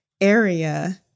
area